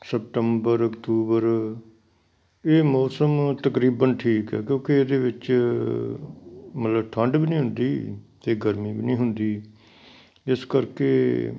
September ਅਕਤੂਬਰ ਇਹ ਮੌਸਮ ਤਕਰੀਬਨ ਠੀਕ ਹੈ ਕਿਉਂਕਿ ਇਹਦੇ ਵਿੱਚ ਮਤਲਬ ਠੰਡ ਵੀ ਨਹੀਂ ਹੁੰਦੀ ਅਤੇ ਗਰਮੀ ਵੀ ਨਹੀਂ ਹੁੰਦੀ ਇਸ ਕਰਕੇ